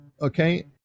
Okay